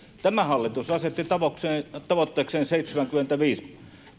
tämä hallitus asetti tavoitteekseen tavoitteekseen seitsemänkymmentäviisi